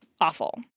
awful